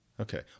Okay